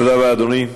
תודה רבה, אדוני.